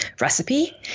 recipe